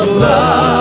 love